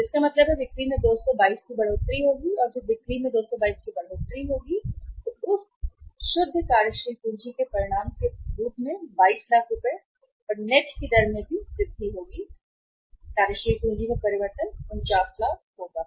तो इसका मतलब है कि बिक्री में 222 की बढ़ोतरी होगी और जब बिक्री में 222 की बढ़ोतरी होगी उस शुद्ध कार्यशील पूँजी के परिणाम के रूप में 22 लाख और नेट की दर में भी वृद्धि होगी कार्यशील पूंजी में परिवर्तन 49 लाख होगा